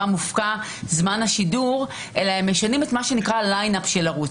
מופקע זמן השידור אלא הם משנים את מה שנקרא "ליין-אפ" של ערוץ.